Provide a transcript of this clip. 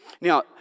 Now